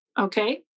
Okay